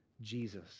Jesus